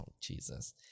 Jesus